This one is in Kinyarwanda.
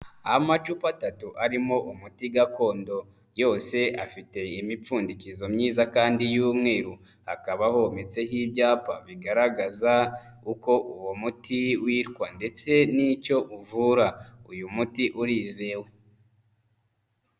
Amacupa atatu arimo umuti gakondo. Yose afite imipfundikizo myiza kandi y'umweru. Hakaba Hometseho ibyapa bigaragaza uko uwo muti witwa ndetse n'icyo uvura. Uyu muti urizewe.